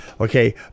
Okay